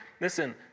Listen